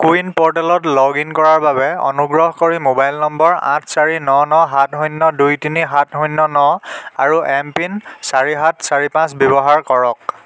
কো win প'ৰ্টেলত log in কৰাৰ বাবে অনুগ্ৰহ কৰি মোবাইল নম্বৰ আঠ চাৰি ন ন সাত শূন্য দুই তিনি সাত শূন্য ন আৰু এমপিন চাৰি সাত চাৰি পাঁচ ব্যৱহাৰ কৰক